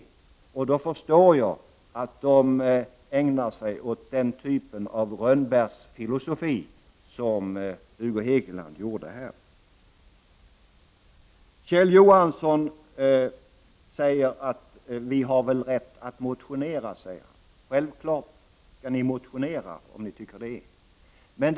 Jag förstår att de då ägnar sig åt en typ av rönnbärsfilosofi, som Hugo Hegeland gör här. Kjell Johansson säger att de har rätt att motionera. Ja, ni skall självfallet motionera om ni vill göra det.